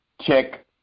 check